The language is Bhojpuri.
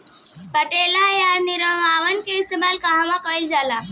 पटेला या निरावन का इस्तेमाल कहवा कइल जाला?